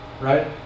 right